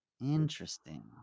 Interesting